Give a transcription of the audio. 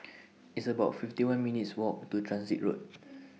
It's about fifty one minutes' Walk to Transit Road